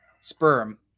sperm